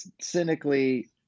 cynically